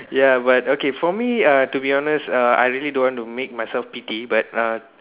ya but okay for me uh to be honest uh I really don't want to make myself pity but